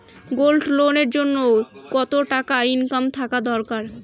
Gold loan এর জইন্যে কতো টাকা ইনকাম থাকা দরকার?